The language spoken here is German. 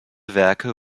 werke